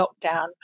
lockdown